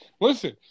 Listen